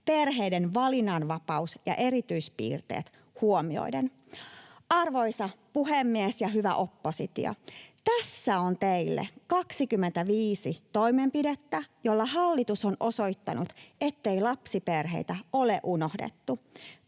perheiden valinnanvapaus ja erityispiirteet huomioiden. Arvoisa puhemies ja hyvä oppositio! Tässä on teille 25 toimenpidettä, joilla hallitus on osoittanut, ettei lapsiperheitä ole unohdettu.